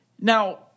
Now